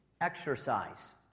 exercise